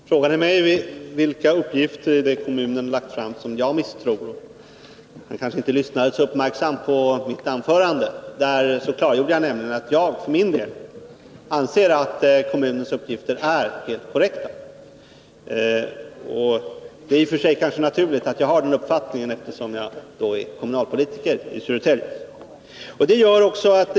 Herr talman! Lennart Andersson frågade mig vilka uppgifter i det material som kommunen lagt fram som jag misstror. Han kanske inte lyssnade så uppmärksamt på mitt anförande. Där klargjorde jag nämligen att jag för min del anser att kommunens uppgifter är helt korrekta. Det är kanske i och för sig naturligt att jag har den uppfattningen, eftersom jag är kommunalpolitiker i Södertälje.